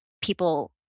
people